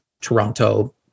Toronto